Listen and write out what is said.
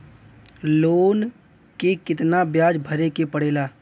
Loan के कितना ब्याज भरे के पड़े ला?